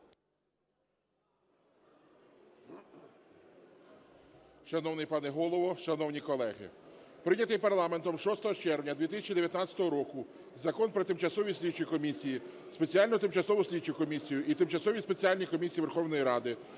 Шановний пане Голово, шановні колеги! Прийнятий парламентом 6 червня 2019 року Закон "Про тимчасові слідчі комісії, спеціальну тимчасову слідчу комісію і тимчасові спеціальні комісії Верховної Ради